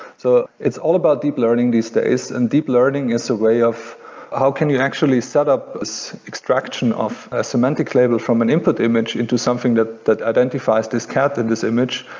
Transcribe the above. so it's all about deep learning these days and deep learning is a way of how can you actually set up extraction of a semantic level from an input image into something that that identifies this cat in this image,